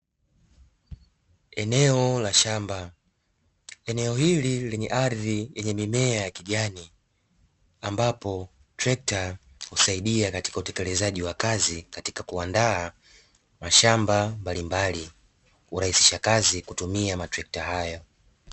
Eneo la shamba, eneo hili lenye ardhi lenye mimea ya kijani ambapo trekta husaidia katika utekelezaji wa kazi katika kuandaa mashamba mbalimbali, hurahisisha kazi kutumia matrekta hayo.